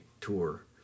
tour